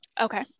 Okay